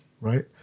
Right